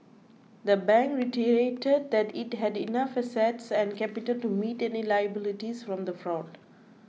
the bank reiterated that it had enough assets and capital to meet any liabilities from the fraud